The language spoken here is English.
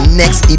next